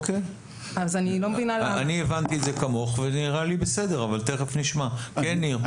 אני הבנתי את זה כמוך ונראה לי בסדר אבל תכף נשמע מהם.